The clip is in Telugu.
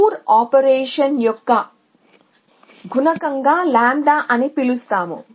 టూర్ ఆపరేషన్ యొక్క గుణకం ని లాంబ్డా λ అని పిలుస్తాము